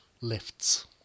lifts